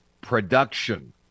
production